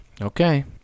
Okay